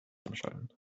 umschalten